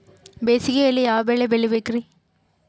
ಬೇಸಿಗೆಯಲ್ಲಿ ಯಾವ ಬೆಳೆ ಬೆಳಿಬೇಕ್ರಿ?